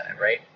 right